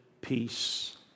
peace